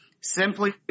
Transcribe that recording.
simply